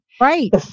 Right